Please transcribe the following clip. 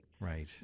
right